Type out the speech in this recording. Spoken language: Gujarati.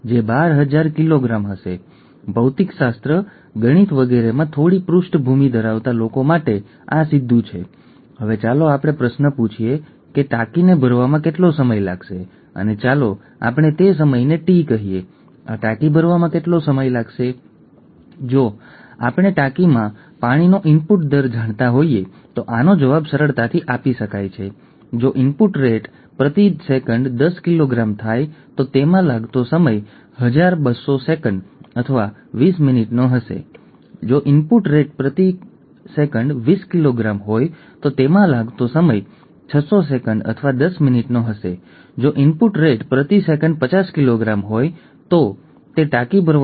આ ખરેખર એક સ્ત્રોતમાંથી છે કારણ કે આ સંખ્યાઓ છે અને આ અંદાજો છે આ ખરેખર એક સ્ત્રોતમાંથી આવ્યું છે વર્મા અને બિજર્નિયા દ્વારા 2002 માં પ્રકાશિત થયેલું એક paper the burden of genetic disorders in India and a framework for community control